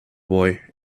boy